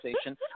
station